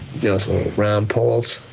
those little brown poles?